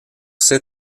ses